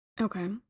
Okay